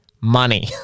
money